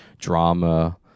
drama